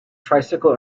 tricycle